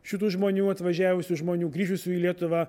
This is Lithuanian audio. šitų žmonių atvažiavusių žmonių grįžusių į lietuvą